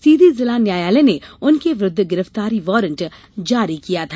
सीधी जिला न्यायालय ने उनके विरुद्ध गिरफ्तारी वारंट जारी किया था